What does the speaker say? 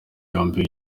yombi